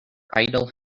idle